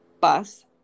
bus